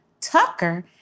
Tucker